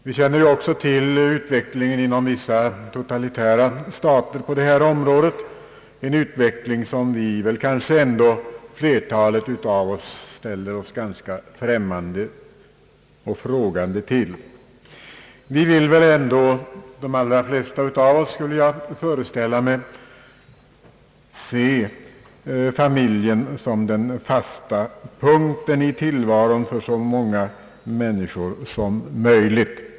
Vi känner också till utvecklingen inom vissa totalitära stater på detta område — en utveckling som flertalet av oss ändå ställer sig ganska främmande och frågande till. De allra flesta av oss, föreställer jag mig, vill väl ändå se familjen som den fasta punkten i tillvaron för så många människor som möjligt.